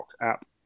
app